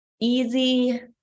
easy